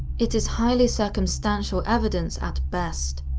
it is highly circumstantial evidence at best.